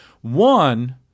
One